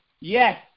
yes